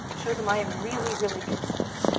show them i am really, really concerned.